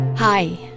Hi